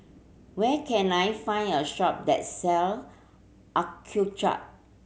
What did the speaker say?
where can I find a shop that sell Accucheck